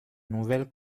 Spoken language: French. nouvelles